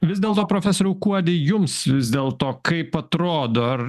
vis dėlto profesoriau kuodi jums vis dėlto kaip atrodo ar